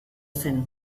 zen